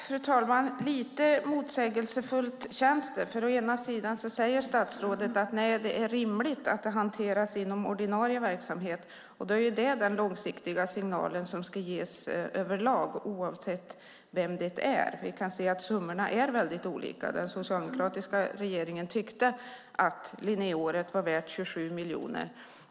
Fru talman! Lite motsägelsefullt känns det när statsrådet säger att det är rimligt att detta hanteras inom ordinarie verksamhet. Då är det den långsiktiga signal som ska ges över lag, oavsett vem det är fråga om. Vi kan se att summorna är väldigt olika. Den socialdemokratiska regeringen tyckte att Linnéåret var värt 27 miljoner.